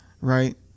right